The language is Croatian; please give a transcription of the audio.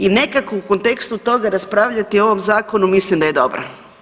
I nekako u kontekstu toga raspravljati o ovom zakonu mislim da je dobro.